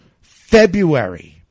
February